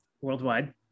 worldwide